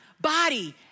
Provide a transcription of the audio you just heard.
body